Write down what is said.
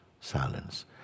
silence